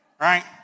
right